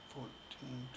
Fourteen